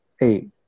eight